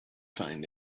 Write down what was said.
find